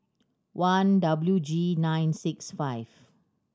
one W G nine six five